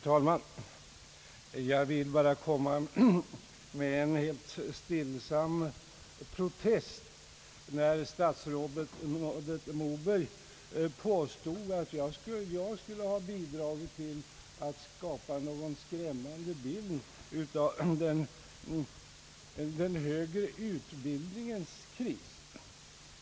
Herr talman! Jag vill bara komma med en helt stillsam protest när statsrådet Moberg påstod, att jag skulle ha bidragit till att skapa någon »skrämmande bild» av den högre utbildningens kris.